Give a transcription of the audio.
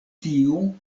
tiu